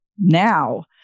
now